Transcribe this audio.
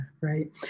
right